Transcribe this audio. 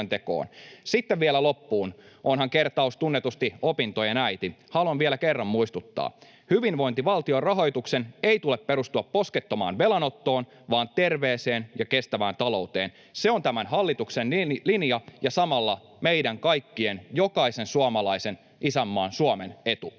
Sitten vielä loppuun — onhan kertaus tunnetusti opintojen äiti — haluan vielä kerran muistuttaa: hyvinvointivaltion rahoituksen ei tule perustua poskettomaan velanottoon vaan terveeseen ja kestävään talouteen. Se on tämän hallituksen linja ja samalla meidän kaikkien, jokaisen suomalaisen, ja isänmaan, Suomen, etu.